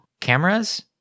cameras